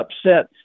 upset